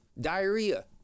diarrhea